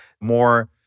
more